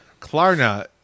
Klarna